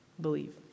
Believe